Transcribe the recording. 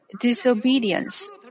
disobedience